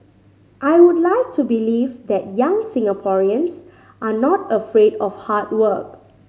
I would like to believe that young Singaporeans are not afraid of hard work